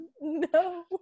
no